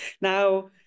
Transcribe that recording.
now